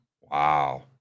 Wow